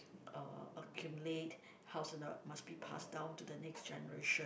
uh accumulate housing uh must be pass down to the next generation